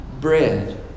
bread